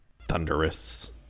Thunderous